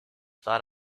thought